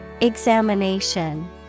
Examination